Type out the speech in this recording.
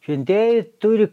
šventieji turi